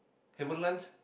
haven't lunch